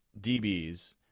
dbs